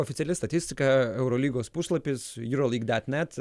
oficiali statistika eurolygos puslapis euroleague net